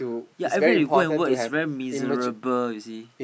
ya everyday you go and work is very miserable you see